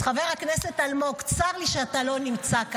אז חבר הכנסת אלמוג, צר לי שאתה לא נמצא כאן,